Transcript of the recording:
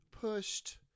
pushed –